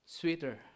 sweeter